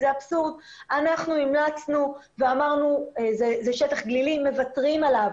אנחנו המלצנו ואמרנו, זה שטח גלילי, מוותרים עליו.